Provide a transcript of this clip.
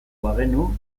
bagenu